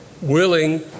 willing